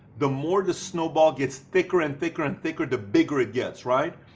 the more the snowball gets thicker and thicker and thicker, the bigger it gets. right?